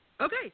Okay